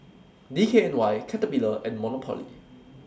D K N Y Caterpillar and Monopoly